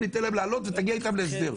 ניתן להם לעלות ותגיע איתם להסדר.